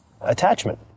attachment